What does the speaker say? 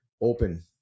open